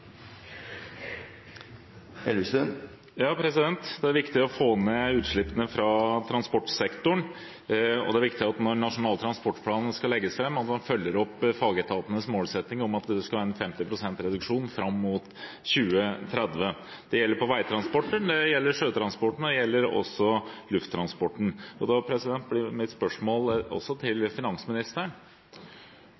Elvestuen – til oppfølgingsspørsmål. Det er viktig å få ned utslippene fra transportsektoren, og det er viktig at man når Nasjonal transportplan skal legges fram, følger opp fagetatenes målsetting om at man skal ha en 50 pst. reduksjon fram mot 2030. Det gjelder for veitransport, det gjelder for sjøtransport, og det gjelder for lufttransport. Da blir mitt spørsmål – også til